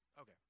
Okay